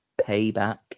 payback